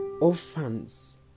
orphans